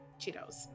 Cheetos